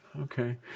okay